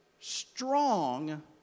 strong